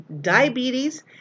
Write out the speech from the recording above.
diabetes